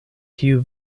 kiu